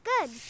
good